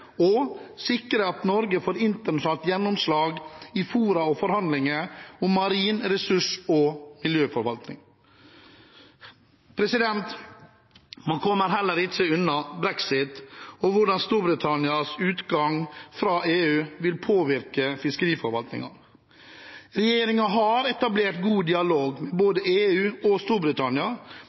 og sikre at Norge får internasjonalt gjennomslag i fora og forhandlinger om marin ressurs- og miljøforvaltning. Man kommer heller ikke unna brexit og hvordan Storbritannias utgang fra EU vil påvirke fiskeriforvaltningen. Regjeringen har etablert god dialog med både EU og Storbritannia